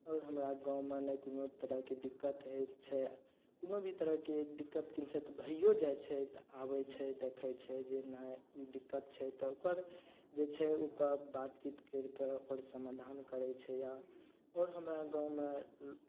आओर हमरा गाँवमे ने कोनो तरहके दिक्कत होइ छै कोनो भी तरहके दिक्कत किनसाइत भैयो जाइ छै तऽ आबय छै देखय छै जाहिमे ई दिक्कत छै तऽ ओकर जे छै ओहिपर बातचीत करिके ओकर समाधान करय छै यऽ आओर हमरा गाँवमे